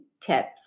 tips